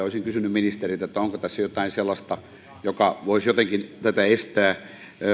olisin kysynyt ministereiltä onko tässä jotain sellaista mikä voisi jotenkin tätä estää